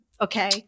Okay